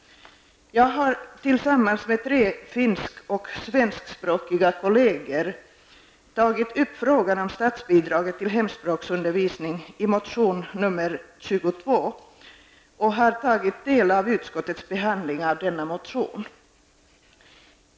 Jag har, tillsammans med tre finsk och svenskspråkiga kolleger, tagit upp frågan om statsbidraget till hemspråksundervisning i motion 1990/91:UbU22 och har tagit del av utskottets behandling av denna motion.